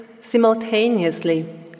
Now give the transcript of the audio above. simultaneously